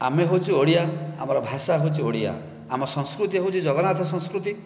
ଆମେ ହେଉଛୁ ଓଡିଆ ଆମର ଭାଷା ହେଉଛି ଓଡିଆ ଆମ ସଂସ୍କୃତି ହେଉଛି ଜଗନ୍ନାଥ ସଂସ୍କୃତି